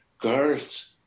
girls